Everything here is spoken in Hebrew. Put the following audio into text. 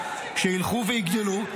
שילכו ויגדלו,